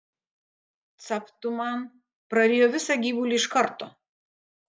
capt tu man prarijo visą gyvulį iš karto